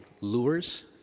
lures